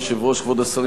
כבוד השרים,